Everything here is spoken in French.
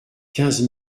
quinze